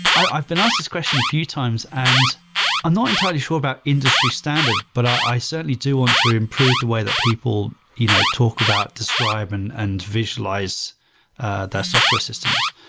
i've been asked this question a few times, and i'm not entirely sure about industry standard, but i certainly do want to improve the way that people you know talk about describe and and visualize their software systems.